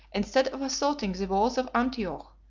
instead of assaulting the walls of antioch,